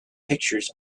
pictures